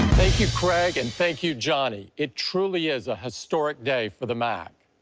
thank you, craig, and thank you, johny. it truly is a historic day for the mac.